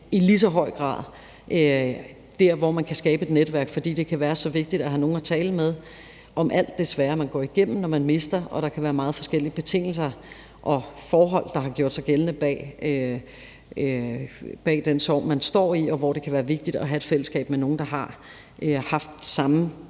i lige så høj grad der, hvor man kan skabe et netværk, for det kan være så vigtigt at have nogen at tale med om alt det svære, man går igennem, når man mister. Og der kan være meget forskellige betingelser og forhold, der har gjort sig gældende, bag den sorg, man står i, hvor det kan være vigtigt at have et fællesskab med nogen, der har haft samme